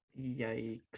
Yikes